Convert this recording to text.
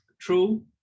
true